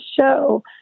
show